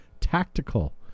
Tactical